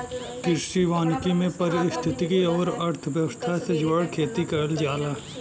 कृषि वानिकी में पारिस्थितिकी आउर अर्थव्यवस्था से जुड़ल खेती करल जाला